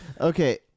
Okay